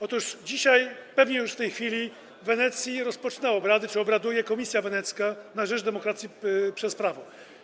Otóż dzisiaj, pewnie już w tej chwili, w Wenecji rozpoczyna obrady czy obraduje Komisja Wenecka, komisja na rzecz demokracji przez prawo.